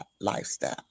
lifestyle